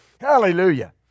Hallelujah